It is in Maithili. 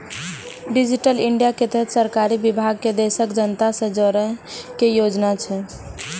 डिजिटल इंडिया के तहत सरकारी विभाग कें देशक जनता सं जोड़ै के योजना छै